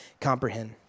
comprehend